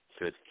good